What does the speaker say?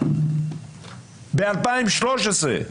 ב-2013,